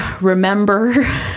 remember